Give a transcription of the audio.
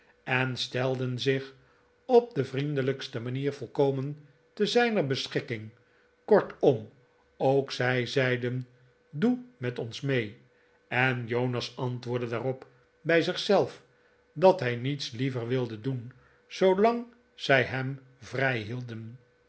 en stelden zich op de vriendelijkste manier volkomen te zijner beschikking kortom ook zij zeiden n doe met ons mee en jonas antwoordde daarop bij zich zelf dat hij niets liever wilde doen zoolang zij hem vrijhielden